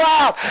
out